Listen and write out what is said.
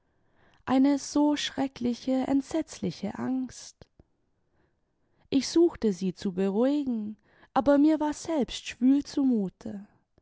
eine so schreckliche entsetzliche angst ich suchte sie zu beruhigen aber mir war selbst schwül zumute